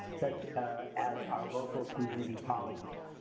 such as our local community colleges.